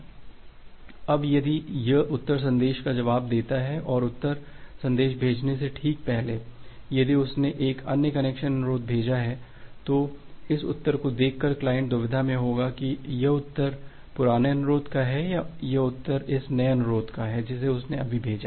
अब यदि यह उत्तर संदेश का जवाब देता है और उत्तर संदेश भेजने से ठीक पहले यदि उसने एक अन्य कनेक्शन अनुरोध भेजा है तो इस उत्तर को देखकर क्लाइंट दुविधा में होगा कि यह उत्तर पुराने अनुरोध का है या यह उत्तर इस नए अनुरोध का है जिसे उसने अभी भेजा है